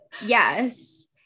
Yes